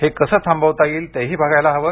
हे कसं थांबवता येईल ते ही बघायला हवं